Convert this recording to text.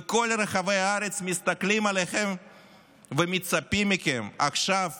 בכל רחבי הארץ מסתכלים עליכם ומצפים מכם עכשיו